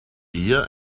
eher